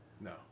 No